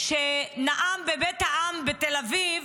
נאם בבית העם בתל אביב,